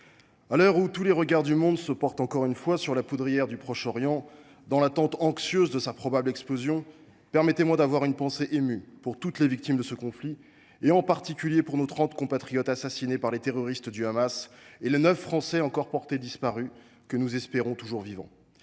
à l’heure où tous les regards se portent, encore une fois, sur la poudrière du Proche Orient, dans l’attente anxieuse de sa probable explosion, permettez moi d’avoir une pensée émue pour toutes les victimes de ce conflit, en particulier pour nos trente compatriotes assassinés par les terroristes du Hamas et pour les neuf Français encore portés disparus, que nous espérons toujours vivants.